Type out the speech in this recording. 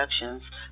Productions